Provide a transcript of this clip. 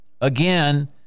Again